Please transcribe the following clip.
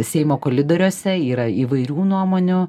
seimo kolidoriuose yra įvairių nuomonių